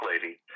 lady